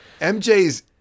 MJ's